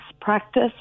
practice